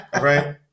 Right